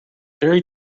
fairy